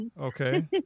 Okay